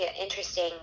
interesting